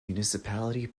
municipality